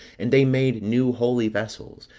and they made new holy vessels,